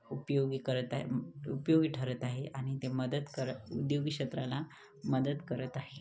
उपयोगी करत आहे उपयोगी ठरत आहे आणि ते मदत कर उद्योगी क्षेत्राला मदत करत आहे